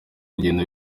kugenda